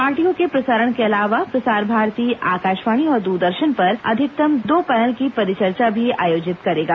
पार्टियों के प्रसारण के अलावा प्रसार भारती आकाशवाणी और दूरदर्शन पर अधिकतम दो पैनल की परिचर्चा भी आयोजित करेगा